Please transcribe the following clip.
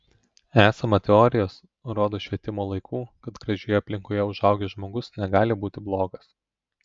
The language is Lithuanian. esama teorijos rodos švietimo laikų kad gražioje aplinkoje užaugęs žmogus negali būti blogas